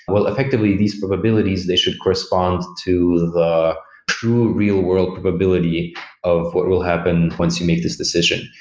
well, effectively, these probabilities, they should correspond to the true, real-world probability of what will happen once you make this decision.